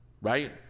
right